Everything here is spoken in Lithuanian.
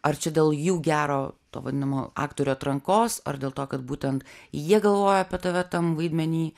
ar čia dėl jų gero to vadinamo aktorių atrankos ar dėl to kad būtent jie galvoja apie tave tam vaidmeny